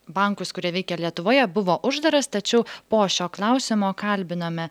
bankus kurie veikia lietuvoje buvo uždaras tačiau po šio klausimo kalbinome